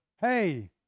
hey